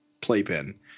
playpen